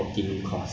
一样班